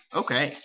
okay